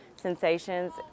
sensations